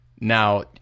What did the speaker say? Now